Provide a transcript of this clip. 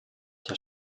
der